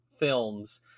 films